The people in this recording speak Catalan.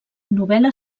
novel·la